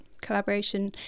collaboration